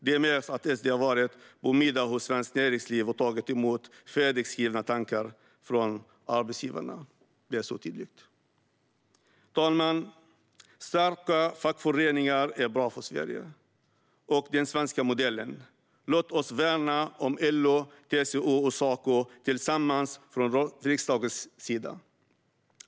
Det märks att SD har varit på middag hos Svenskt Näringsliv och tagit emot färdigskrivna tankar från arbetsgivarna. Detta är tydligt. Fru talman! Starka fackföreningar är bra för Sverige och för den svenska modellen. Låt oss tillsammans från riksdagens sida värna om LO, TCO och Saco.